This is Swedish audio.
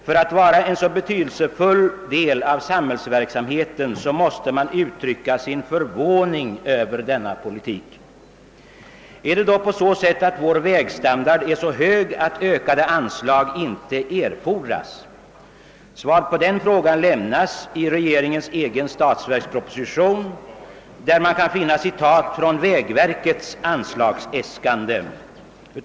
Med hänsyn till vägarnas betydelse för samhällsverksamheten måste man uttrycka sin förvåning över denna Politik. Är vår vägstandard så hög att ökade anslag inte erfordras? Svar på den frågan lämnas i regeringens egen statsverksproposition vari man finner citat från vägverkets petita.